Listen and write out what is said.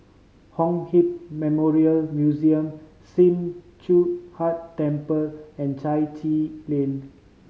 Kong Hiap Memorial Museum Sim Choon Huat Temple and Chai Chee Lane